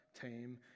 tame